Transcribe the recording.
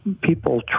people